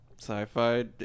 sci-fi